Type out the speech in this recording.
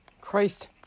Christ